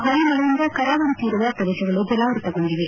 ಭಾರೀ ಮಳೆಯಿಂದ ಕರಾವಳಿ ತೀರದ ಪ್ರದೇಶಗಳು ಜಲಾವ್ಯತಗೊಂಡಿದೆ